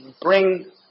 bring